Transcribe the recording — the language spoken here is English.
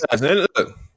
look